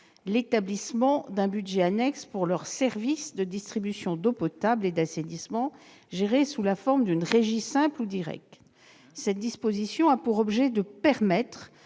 l'établissement d'un budget annexe pour leurs services de distribution d'eau potable et d'assainissement gérés sous la forme d'une régie simple ou directe. Cette disposition a pour objet de permettre